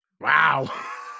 Wow